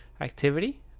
activity